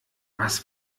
was